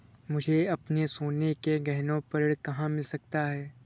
मुझे अपने सोने के गहनों पर ऋण कहाँ मिल सकता है?